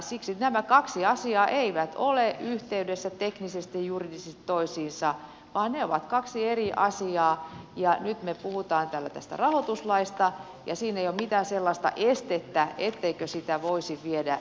siksi nämä kaksi asiaa eivät ole yhteydessä teknisesti ja juridisesti toisiinsa vaan ne ovat kaksi eri asiaa ja nyt me puhumme täällä tästä rahoituslaista ja siinä ei ole mitään sellaista estettä etteikö sitä voisi viedä eteenpäin